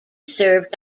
served